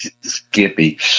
Skippy